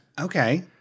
Okay